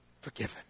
Forgiven